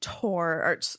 tour